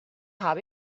habe